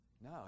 No